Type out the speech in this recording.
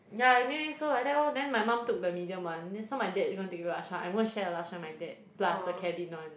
yeah anyway so like that lor then my mum took the medium one then so my dad is going to take the large one I'm gonna share the large one with my dad plus the cabin one